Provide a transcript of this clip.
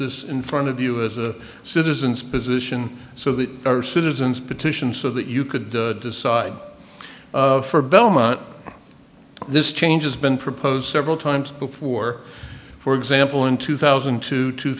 this in front of you is a citizen's position so that our citizens petition so that you could decide for belmont this change has been proposed several times before for example in two thousand to two